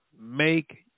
make